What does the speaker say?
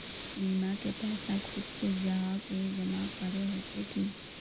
बीमा के पैसा खुद से जाहा के जमा करे होते की?